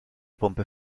pompe